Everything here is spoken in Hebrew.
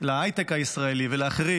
להייטק הישראלי ולאחרים,